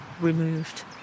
removed